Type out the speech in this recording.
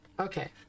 Okay